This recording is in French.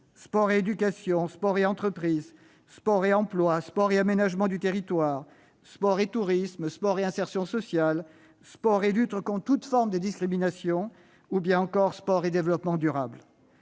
sport et éducation, sport et entreprise, sport et emploi, sport et aménagement du territoire, sport et tourisme, sport et insertion sociale, sport et lutte contre toutes formes de discrimination, sport et développement durable,